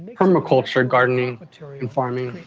permaculture gardening and farming.